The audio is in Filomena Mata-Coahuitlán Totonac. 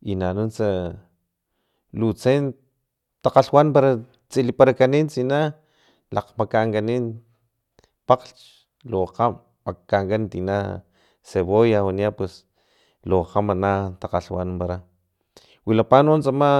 i nanunts lutse takgalhwanan para tsiliparakani tsina lakgmakankani paklhch lu kgama makankan tina cebolla waniya pus lukgama no takgalhwanampara wilapa no tsama.